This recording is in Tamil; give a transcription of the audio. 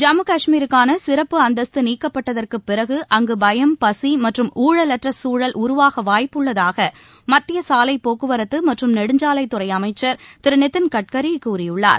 ஜம்மு காஷ்மீருக்கான சிறப்பு அந்தஸ்த்து நீக்கப்பட்டதற்கு பிறகு அங்கு பயம் பசி மற்றும் உழவற்ற சூழல் உருவாக வாய்ப்புள்ளதாக மத்திய சாலைப்போக்குவரத்து மற்றும் நெடுஞ்சாலைத்துறை அமைச்சர் திரு நிதின் கட்கரி கூறியுள்ளார்